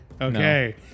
Okay